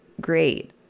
great